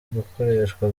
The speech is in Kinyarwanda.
gukoreshwa